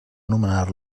nomenar